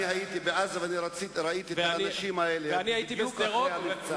אני הייתי בעזה וראיתי את האנשים האלה בדיוק אחרי המבצע.